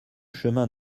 chemin